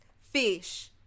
fish